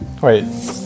Wait